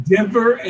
Denver